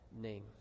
name